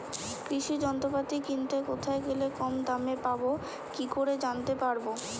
কৃষি যন্ত্রপাতি কিনতে কোথায় গেলে কম দামে পাব কি করে জানতে পারব?